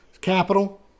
capital